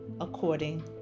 according